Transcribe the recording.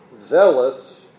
zealous